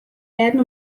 werden